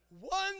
One